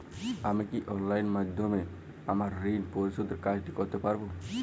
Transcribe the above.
আমি কি অনলাইন মাধ্যমে আমার ঋণ পরিশোধের কাজটি করতে পারব?